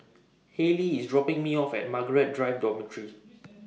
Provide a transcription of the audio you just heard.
Haylie IS dropping Me off At Margaret Drive Dormitory